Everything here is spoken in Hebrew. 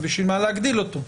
אז בשביל מה להגדיל אותו.